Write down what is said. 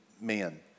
men